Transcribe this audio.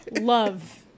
love